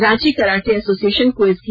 Ranchi karate association को इसकी